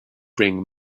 ring